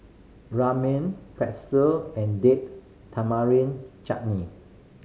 Ramen Pretzel and Date Tamarind Chutney